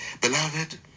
Beloved